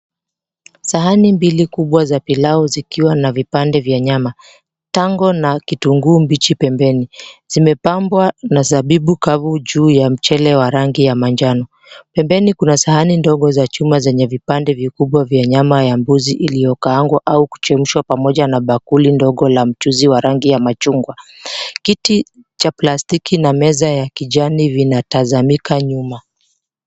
Sahani mbili kubwa za pilau zikiwa na vipande vya nyama, tango na kitunguu mbichi pembeni, zimepambwa mizabibu kavu juu ya mchele wa rangi ya manjano. Pembeni kuna sahani ndogo za chuma zenye vipande vikubwa vya nyama ya mbuzi iliyokaangwa au kuchemshwa pamoja na bakuli ndogo la mchuzi la rangi ya machungwa. Kiti cha plastiki na meza ya kijani vinatazamika nyuma.